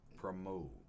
promote